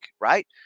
Right